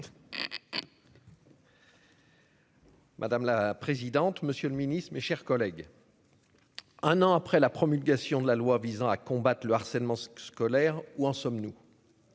Madame la présidente. Monsieur le Ministre, mes chers collègues. Un an après la promulgation de la loi visant à combattre le harcèlement scolaire. Où en sommes-nous.